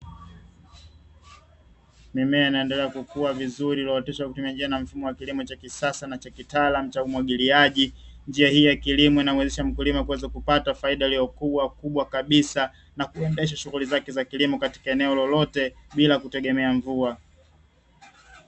Mimea inaendelea kukua vizuri iliyooteshwa kwa kutumia njia na mfumo wa kilimo cha kisasa na cha kitaalamu cha umwagiliaji. Njia hii ya kilimo inamuwezesha mkulima kuweza kupata faida iliyo kubwa kubwa kabisa na kuendesha shughuli zake za kilimo katika eneo lolote bila kutegemea mvua.